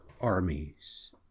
armies